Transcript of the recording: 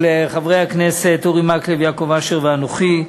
של חברי הכנסת אורי מקלב ויעקב אשר ושלי.